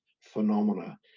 phenomena